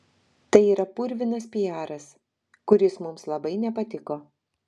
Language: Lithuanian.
tai yra purvinas piaras kuris mums labai nepatiko